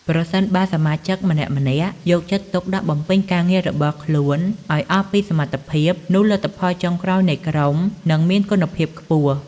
ប្រសិនបើសមាជិកម្នាក់ៗយកចិត្តទុកដាក់បំពេញការងាររបស់ខ្លួនឱ្យអស់ពីសមត្ថភាព នោះលទ្ធផលចុងក្រោយនៃក្រុមនឹងមានគុណភាពខ្ពស់។